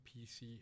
pc